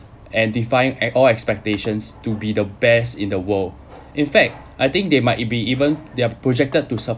and defying ac~ all expectations to be the best in the world in fact I think they might be even are projected to